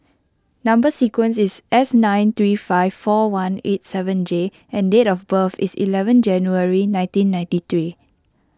Number Sequence is S nine three five four one eight seven J and date of birth is eleven January nineteen ninety three